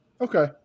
okay